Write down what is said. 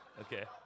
Okay